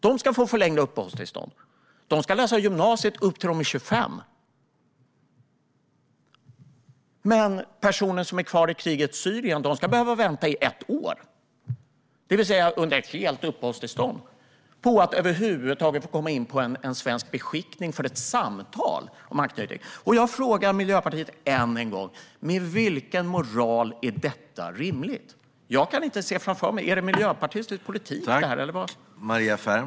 De ska läsa på gymnasiet upp till 25 års ålder. Men personer som är kvar i krigets Syrien ska behöva vänta i ett år, det vill säga under ett helt uppehållstillstånd, på att över huvud taget få komma in på en svensk beskickning för ett samtal om anknytning. Jag frågar Miljöpartiet än en gång: Med vilken moral är detta rimligt? Jag kan inte se det framför mig - är detta miljöpartistisk politik, eller vad?